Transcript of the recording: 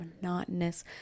monotonous